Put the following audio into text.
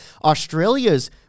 Australia's